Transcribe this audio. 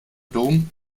dom